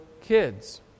kids